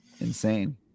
insane